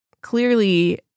clearly